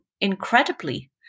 incredibly